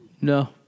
no